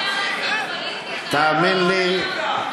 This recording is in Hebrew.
איך אתה יכול לעשות פוליטיקה, אני התביישתי כבר.